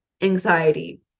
Anxiety